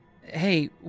hey